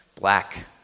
black